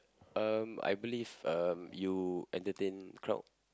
um I believe um you entertain crowd